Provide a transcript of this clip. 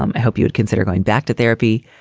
um i hope you consider going back to therapy.